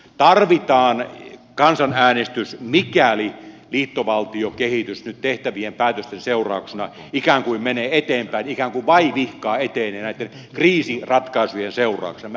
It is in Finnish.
tarvitaan kansanäänestys mikäli liittovaltiokehitys nyt tehtävien päätösten seurauksena ikään kuin menee eteenpäin ikään kuin vaivihkaa etenee näitten kriisiratkaisujen seurauksena